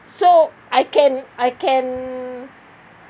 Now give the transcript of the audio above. so I can I can